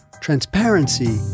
transparency